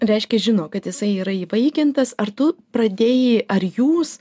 reiškia žino kad jisai yra įvaikintas ar tu pradėjai ar jūs